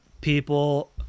people